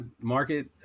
market